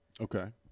Okay